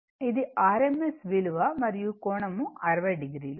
ఇది rms విలువ మరియు కోణం 60o